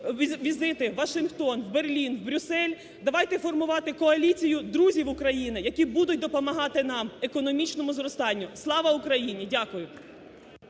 візити у Вашингтон, Берлін, Брюссель. Давайте формувати коаліцію друзів України, які будуть допомагати нам, економічному зростанню. Слава Україні! Дякую.